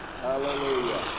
Hallelujah